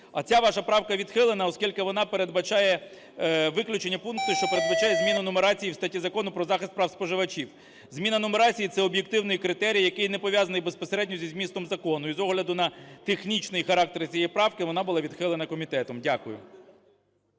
А ця ваша правка відхилена, оскільки вона передбачає виключення пункту, що передбачає зміну нумерації в статті Закону "Про захист прав споживачів". Зміна нумерації – це об'єктивний критерій, який не пов'язаний безпосередньо зі змістом закону. І з огляду на технічний характер цієї правки вона була відхилена комітетом. Дякую.